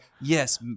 yes